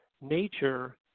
nature